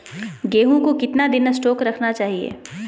गेंहू को कितना दिन स्टोक रखना चाइए?